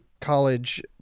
college